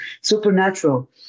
supernatural